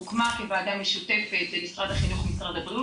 הוקמה כוועדה משותפת של משרד החינוך ומשרד הבריאות,